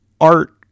art